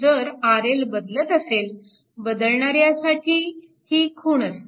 जर RL बदलत असेल बदलणाऱ्यासाठी ही खूण असते